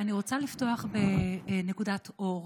אני רוצה לפתוח בנקודת אור.